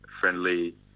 friendly